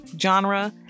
genre